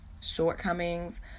shortcomings